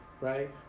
right